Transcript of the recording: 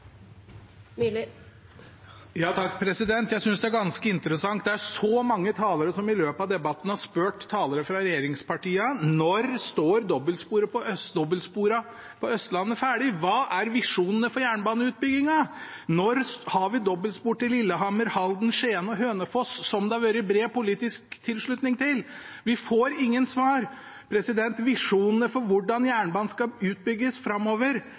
Jeg synes det er ganske interessant. Det er så mange talere som i løpet av debatten har spurt talere fra regjeringspartiene: Når står dobbeltsporene på Østlandet ferdig? Hva er visjonene for jernbaneutbyggingen? Når har vi dobbeltspor til Lillehammer, Halden, Skien og Hønefoss, som det har vært bred politisk tilslutning til? Vi får ingen svar. Visjonene for hvordan jernbanen skal utbygges framover,